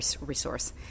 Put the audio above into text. resource